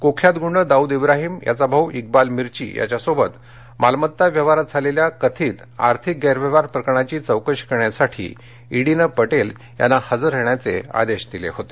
कुख्यात गुंड दाऊद इब्राहीम याचा भाऊ इकबाल मिर्ची याच्यासोबत मालमत्ता व्यवहारात झालेल्या कथित आर्थिक गैरव्यवहार प्रकरणाची चौकशी करण्यासाठी इडीनं पटेल यांना हजर राहण्याचे आदेश दिले होते